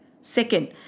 Second